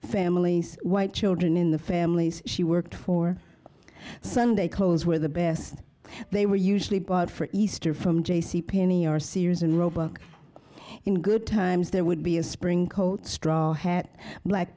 families white children in the families she worked for sunday clothes were the best they were usually bought for easter from j c penney or sears and roebuck in good times there would be a spring coat straw hat